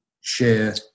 share